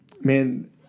man